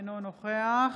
אינו נוכח